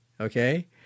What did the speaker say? okay